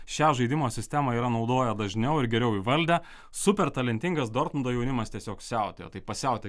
šią žaidimo sistemą yra naudoję dažniau ir geriau įvaldę super talentingas dortmundo jaunimas tiesiog siautėjo tai pasiautėjo